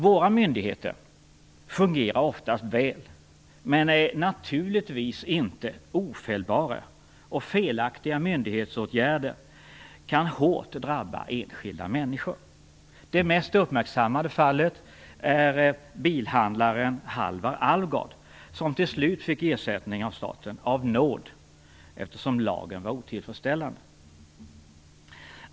Våra myndigheter fungerar oftast väl men är naturligtvis inte ofelbara, och felaktiga myndighetsåtgärder kan hårt drabba enskilda människor. Det mest uppmärksammade fallet är bilhandlaren Halvar Alvgard, som till slut fick ersättning av staten av nåd eftersom lagen var otillfredsställande.